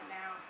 now